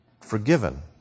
forgiven